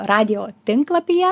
radijo tinklapyje